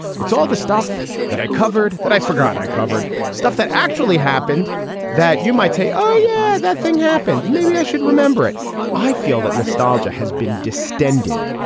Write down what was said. it's all the stuff that i covered that i forgot. i covered stuff that actually happened that you might say, oh yeah, that thing happened maybe i should remember it i feel that nostalgia has been distended.